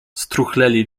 struchleli